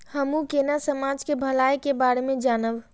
हमू केना समाज के भलाई के बारे में जानब?